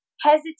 hesitate